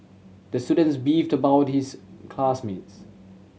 the students beefed about his class mates